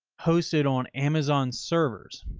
hosted on amazon servers.